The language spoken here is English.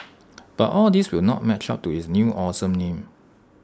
but all these will not match up to its new awesome name